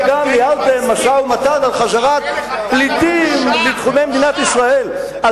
עמדת הממשלה או עמדת ישראל ביתנו.